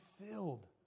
filled